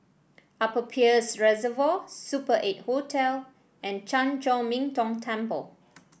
Upper Peirce Reservoir Super Eight Hotel and Chan Chor Min Tong Temple